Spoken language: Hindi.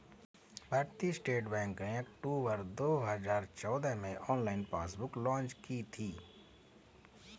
भारतीय स्टेट बैंक ने अक्टूबर दो हजार चौदह में ऑनलाइन पासबुक लॉन्च की थी